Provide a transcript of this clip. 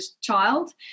child